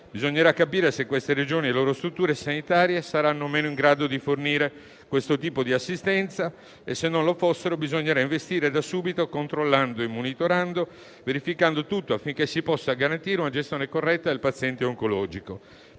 Bisognerà capire se queste Regioni e le loro strutture sanitarie saranno o meno in grado di fornire questo tipo di assistenza e, ove non lo fossero, bisognerà investire da subito controllando e monitorando, verificando tutto, affinché si possa garantire una gestione corretta del paziente oncologico.